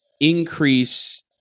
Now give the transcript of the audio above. increase